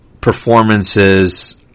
performances